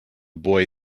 boy